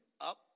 Up